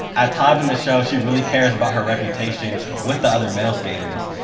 at times in this show, she really cares about her reputation with the other male skaters.